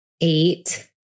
eight